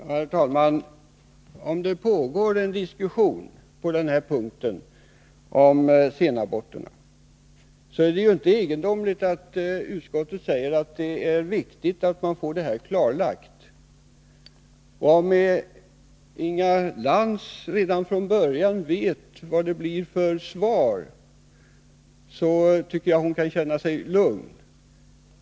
Herr talman! Om det pågår en diskussion om senaborterna är det inte egendomligt att utskottet säger att det är viktigt att få verkligheten klarlagd. Om Inga Lantz redan från början vet vad det blir för svar, tycker jag hon kan känna sig lugn.